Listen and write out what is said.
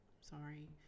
sorry